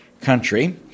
country